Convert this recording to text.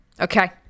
Okay